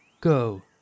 Go